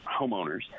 homeowners